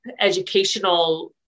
educational